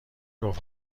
گفت